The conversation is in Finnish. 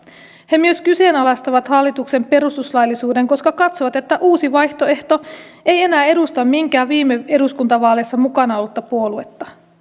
he myös kyseenalaistavat hallituksen perustuslaillisuuden koska katsovat että uusi vaihtoehto ei enää edusta mitään viime eduskuntavaaleissa mukana ollutta puoluetta